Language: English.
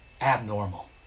abnormal